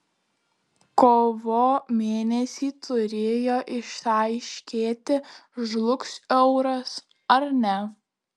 kovo mėnesį turėjo išaiškėti žlugs euras ar ne